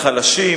חבר הכנסת חרמש,